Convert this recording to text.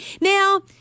Now